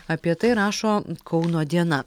apie tai rašo kauno diena